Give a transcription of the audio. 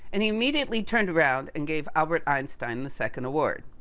and, he immediately turned around, and gave albert einstein the second award.